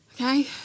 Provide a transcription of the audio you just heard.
Okay